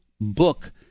book